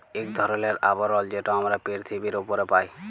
ইক ধরলের আবরল যেট আমরা পিরথিবীর উপরে পায়